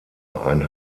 ein